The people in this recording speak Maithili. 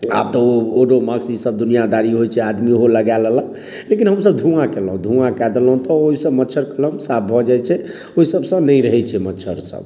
आब तऽ ओडोमोक्स ई सभ दुनियादारी होइ छै आदमी ओहो लगा लेलक लेकिन हमसभ धुआँ केलहुॅं धुआँ कए देलहुॅं तऽ ओहिसँ मच्छर कलम साफ भऽ जाइ छै ओहि सभसँ नहि रहै छै मच्छर सभ